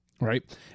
right